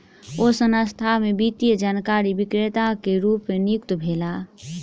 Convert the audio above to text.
ओ संस्थान में वित्तीय जानकारी विक्रेता के रूप नियुक्त भेला